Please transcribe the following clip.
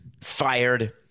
fired